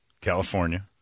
California